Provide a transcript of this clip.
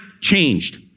changed